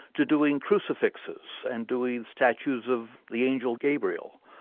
to doing crucifixes and doing statues of the angel gabriel.